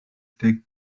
deg